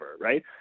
right